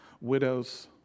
widows